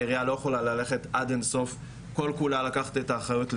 העירייה לא יכולה ללכת עד אין סוף וכל כולה לקחת את האחריות לבד.